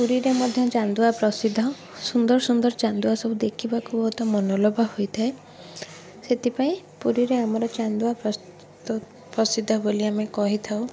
ପୁରୀରେ ମଧ୍ୟ ଚାନ୍ଦୁଆ ପ୍ରସିଦ୍ଧ ସୁନ୍ଦର ସୁନ୍ଦର ଚାନ୍ଦୁଆ ସବୁ ଦେଖିବାକୁ ବହୁତ ମନଲୋଭା ହୋଇଥାଏ ସେଥିପାଇଁ ପୁରୀରେ ଆମର ଚାନ୍ଦୁଆ ପ୍ରସିଦ୍ଧ ବୋଲି ଆମେ କହିଥାଉ